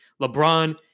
LeBron